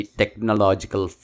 technological